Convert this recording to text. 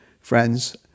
friends